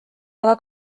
aga